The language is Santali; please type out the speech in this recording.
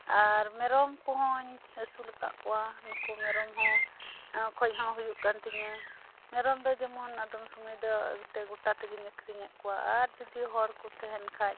ᱟᱨ ᱢᱮᱨᱚᱢ ᱠᱚᱦᱚᱸᱧ ᱟᱹᱥᱩᱞ ᱟᱠᱟᱫ ᱠᱚᱣᱟ ᱱᱩᱠᱩ ᱢᱮᱨᱚᱱ ᱦᱚᱸ ᱠᱷᱚᱡ ᱦᱚᱸ ᱦᱩᱭᱩᱜ ᱠᱟᱱ ᱛᱤᱧᱟᱹ ᱢᱮᱨᱚᱢ ᱫᱚ ᱡᱮᱢᱚᱱ ᱟᱫᱚᱢ ᱥᱳᱢᱚᱭ ᱫᱚ ᱜᱚᱴᱟ ᱛᱮᱜᱮᱧ ᱟᱹᱠᱷᱟᱹᱨᱤᱧᱮᱫ ᱠᱚᱣᱟ ᱟᱨ ᱡᱩᱫᱤ ᱦᱚᱲ ᱠᱚ ᱛᱟᱸᱦᱮᱱ ᱠᱷᱟᱱ